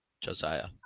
Josiah